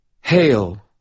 Hail